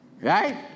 right